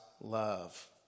love